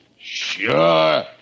Sure